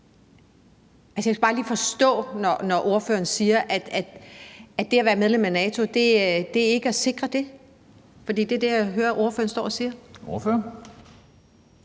jeg skal bare lige forstå det, når ordføreren siger, at det at være medlem af NATO ikke er at sikre det. For det er det, jeg hører ordføreren stå og sige. Kl.